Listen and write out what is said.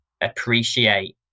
appreciate